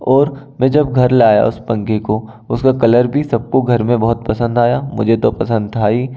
और मैं जब घर लाया उस पंखे को उसका कलर भी सबको घर में बहुत पसंद आया मुझे तो पसंद था ही